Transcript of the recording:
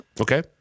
Okay